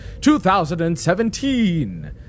2017